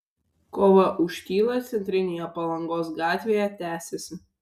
kova už tylą centrinėje palangos gatvėje tęsiasi